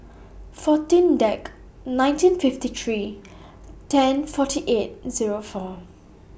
fourteen Dec nineteen fifty three ten forty eight Zero four